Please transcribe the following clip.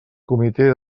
comité